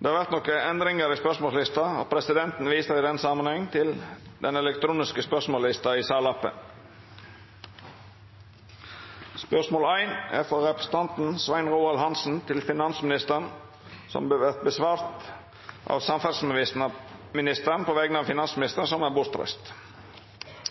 Det vert nokre endringar i spørsmålslista, og presidenten viser i den samanhengen til den elektroniske spørsmålslista i salappen. Dei føreslåtte endringane vert føreslått godkjende. – Det er vedteke. Endringane var: Spørsmål 1, frå representanten Svein Roald Hansen til finansministeren, vil verta svara på av samferdselsministeren på vegner av